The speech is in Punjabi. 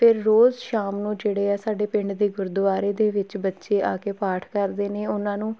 ਫਿਰ ਰੋਜ਼ ਸ਼ਾਮ ਨੂੰ ਜਿਹੜੇ ਇਹ ਸਾਡੇ ਪਿੰਡ ਦੇ ਗੁਰਦੁਆਰੇ ਦੇ ਵਿੱਚ ਬੱਚੇ ਆ ਕੇ ਪਾਠ ਕਰਦੇ ਨੇ ਉਹਨਾਂ ਨੂੰ